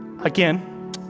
Again